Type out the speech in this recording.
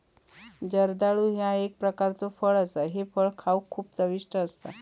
जर्दाळू ह्या एक प्रकारचो फळ असा हे फळ खाउक खूप चविष्ट असता